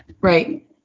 right